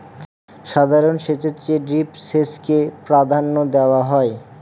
সাধারণ সেচের চেয়ে ড্রিপ সেচকে প্রাধান্য দেওয়া হয়